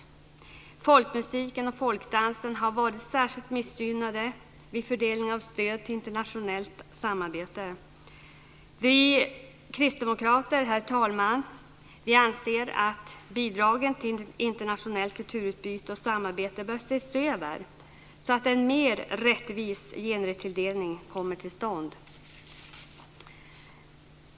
Folkmusiken och folkdansen har varit särskilt missgynnade vid fördelning av stöd till internationellt samarbete. Vi kristdemokrater, herr talman, anser att bidragen till internationellt kulturutbyte och samarbete bör ses över så att en mer rättvis genretilldelning kommer till stånd.